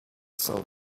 solve